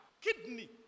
kidney